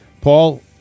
Paul